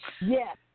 Yes